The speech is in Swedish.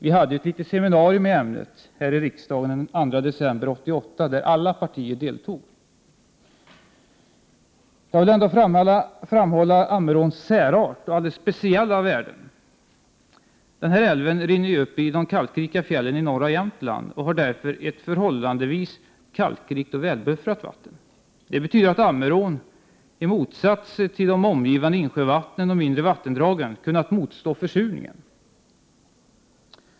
Vi hade ett litet seminarium i ämnet här i riksdagen den 2 december 1988, i vilket alla partier deltog. Jag vill ändå framhålla Ammeråns särart och alldeles speciella Prot. 1988/89:117 värden. Den här älven rinner upp i de kalkrika fjällen i norra Jämtland och 19 maj 1989 har därför ett förhållandevis kalkrikt och välbuffrat vatten. Det betyder att Ammerån, i motsats till de omgivande insjövattnen och mindre vattendragen, kunnat motstå försurningen.